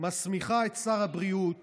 מסמיכה את שר הבריאות